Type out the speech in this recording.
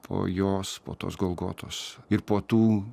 po jos po tos golgotos ir po tų